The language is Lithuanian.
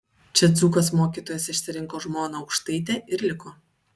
čia dzūkas mokytojas išsirinko žmoną aukštaitę ir liko